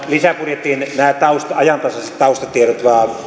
lisäbudjetin nämä ajantasaiset taustatiedot vain